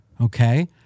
Okay